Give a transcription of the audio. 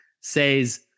Says